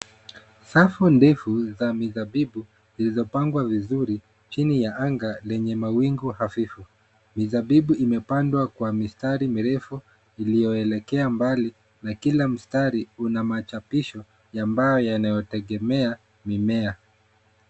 Safu ndefu za mizabibu zilizopangwa vizuri chini ya anga lenye mawingu hafifu. Mizabibu imepandwa kwa mistari mirefu iliyoelekea mbali na kila mstari una machapisho ya mbao yanayotegemea mimea.